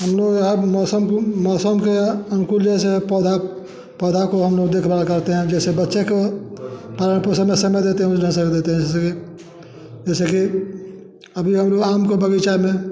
हम लोग अब मौसम मौसम के अंकुर जैसे पौधा पौधा को हम देखभाल करते हैं जैसे बच्चे को पालन पोषण में समय देते हैं वैसा ही देते हैं जैसे जैसे कि अभी हम लोग आम के बगीचा में